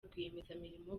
rwiyemezamirimo